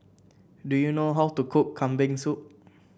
do you know how to cook Kambing Soup